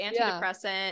antidepressant